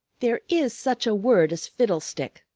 there is such a word as fiddlestick,